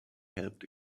helped